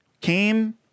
came